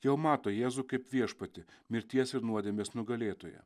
jau mato jėzų kaip viešpatį mirties ir nuodėmės nugalėtoją